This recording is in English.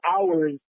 hours